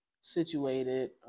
situated